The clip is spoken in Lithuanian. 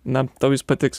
na tau jis patiks